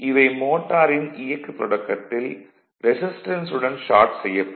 இவை மோட்டாரின் இயக்கத் தொடக்கத்தில் ரெசிஸ்டன்ஸ் உடன் ஷார்ட் செய்யப்படும்